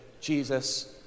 Jesus